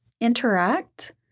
interact